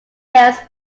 yells